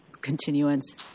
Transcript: continuance